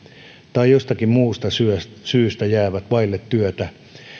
tai jostakin muusta syystä jäävät vaille työtä